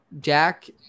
Jack